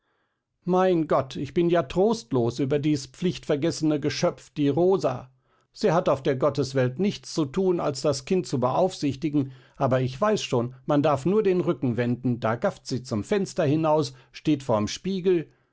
mein gott ich bin ja trostlos über dies pflichtvergessene geschöpf die rosa sie hat auf der gotteswelt nichts zu thun als das kind zu beaufsichtigen aber ich weiß schon man darf nur den rücken wenden da gafft sie zum fenster hinaus steht vorm spiegel